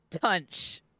punch